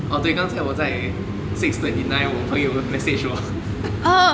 哦对刚才我在 six twenty nine 我朋友 message 我